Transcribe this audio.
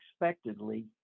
unexpectedly